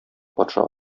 патша